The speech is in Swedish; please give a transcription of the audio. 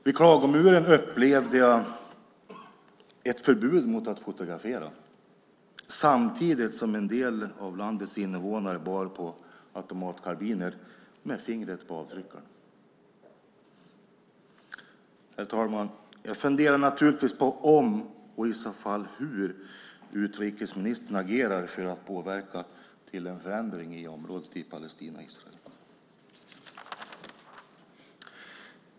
Vid Klagomuren upplevde jag ett förbud mot att fotografera samtidigt som en del av landets invånare bar på automatkarbiner med fingret på avtryckaren. Herr talman! Jag funderar naturligtvis på om och i så fall hur utrikesministern agerar för att påverka till en förändring i området i Palestina och Israel.